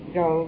go